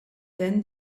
then